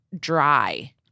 Dry